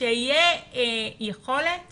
שתהיה יכולת